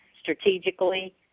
strategically